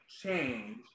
change